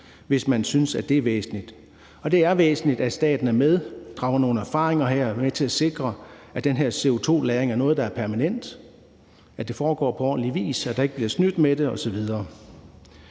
hvis man synes, det er væsentligt. Og det er væsentligt, at staten er med, drager nogle erfaringer, er med til at sikre, at den her CO2-lagring er noget, der er permanent, at det foregår på ordentlig vis, at der ikke bliver snydt med det osv.